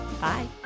Bye